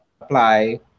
apply